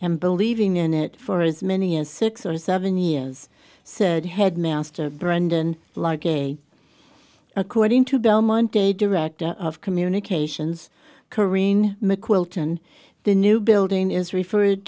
and believing in it for as many as six or seven years said headmaster brendon clarke a according to belmont a director of communications corinne mcqualter and the new building is referred